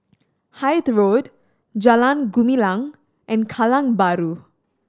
Hythe Road Jalan Gumilang and Kallang Bahru